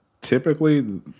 typically